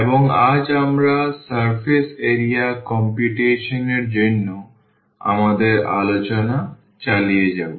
এবং আজ আমরা সারফেস এরিয়া কম্পিউটেশন এর জন্য আমাদের আলোচনা চালিয়ে যাব